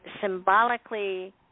symbolically